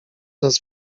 nas